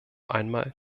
einmal